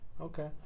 Okay